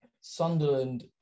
Sunderland